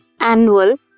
annual